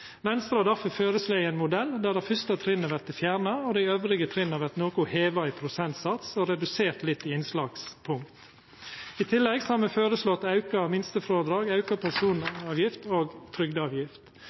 Venstre har difor føreslått ein modell der det første trinnet vert fjerna, og der dei andre trinna vert heva noko i prosentsats og redusert litt i innslagspunkt. I tillegg har me føreslått auka minstefrådrag, auka